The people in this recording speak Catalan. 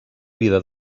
vida